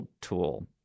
tool